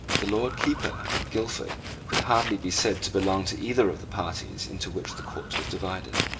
the lord keeper guildford could hardly be said to belong to either of the parties into which the court was divided.